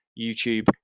YouTube